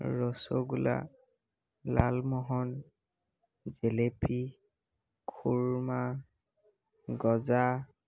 ৰসগোল্লা লালমোহন জেলেপি খুৰমা গজা